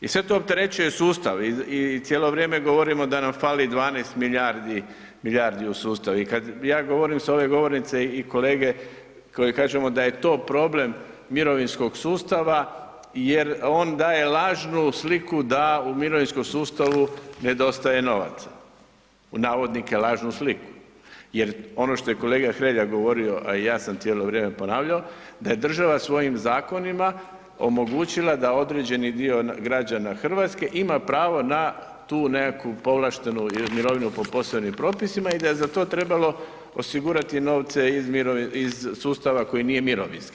I sve to opterećuje sustav i cijelo vrijeme govorimo da nam fali 12 milijardi u sustavu i kada ja govorim s ove govornice i kolege koje kažemo da je to problem mirovinskog sustava jer on daje „lažnu sliku“ da u mirovinskom sustavu nedostaje novaca jer ono što je kolega Hrelja govorio, a i ja sam cijelo vrijeme ponavljao, da je država svojim zakonima omogućila da određeni dio građana Hrvatske ima pravo na tu nekakvu povlaštenu mirovinu po posebnim propisima i da je za to trebalo osigurati novce iz sustava koji nije mirovinski.